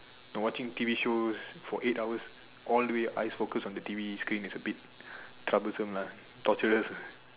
you know watching T_V shows for eight hours all the way eyes focus on the T_V screen eyes is a bit troublesome lah torturous ah